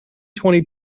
twenty